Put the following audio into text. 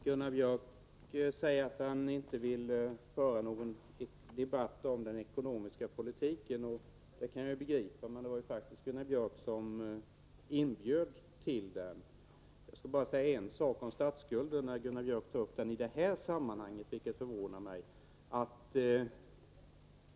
Fru talman! Gunnar Björk i Gävle säger att han inte vill föra en debatt om den ekonomiska politiken. Det kan jag begripa, men det var faktiskt Gunnar Björk som inbjöd till en sådan debatt. Att Gunnar Björk tar upp statsskulden i det här sammanhanget förvånar mig.